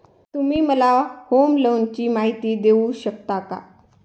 तुम्ही मला होम लोनची माहिती देऊ शकता का?